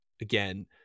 Again